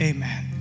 Amen